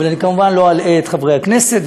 אבל אני כמובן לא אלאה את חברי הכנסת.